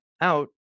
out